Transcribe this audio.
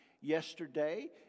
yesterday